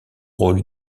rôle